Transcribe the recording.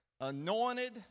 anointed